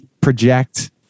project